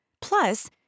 Plus